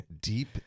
deep